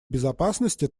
безопасности